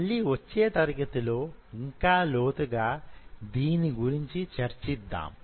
మళ్ళీ వచ్చే తరగతిలో యింకా లోతుగా దీని గురించి చర్చిద్దాం